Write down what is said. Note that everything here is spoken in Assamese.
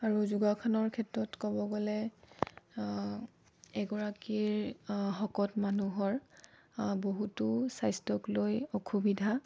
আৰু যোগাসনৰ ক্ষেত্ৰত ক'ব গ'লে এগৰাকীৰ শকত মানুহৰ বহুতো স্বাস্থ্যক লৈ অসুবিধা